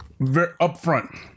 upfront